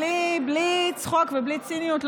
בלי צחוק ובלי ציניות,